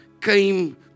came